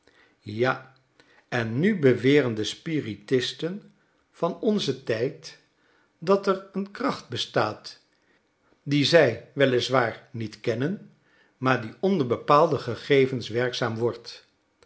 ja en nu beweren de spiritisten van onzen tijd dat er een kracht bestaat die zij wel is waar niet kennen maar die onder bepaalde gegevens werkzaam wordt